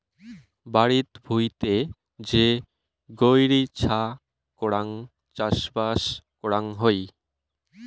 বাড়িত ভুঁইতে যে গৈরী ছা করাং চাষবাস করাং হই